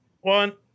one